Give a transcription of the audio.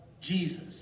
Jesus